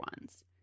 ones